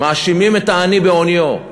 מאשימים את העני בעוניו.